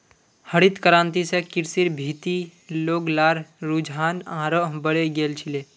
हरित क्रांति स कृषिर भीति लोग्लार रुझान आरोह बढ़े गेल छिले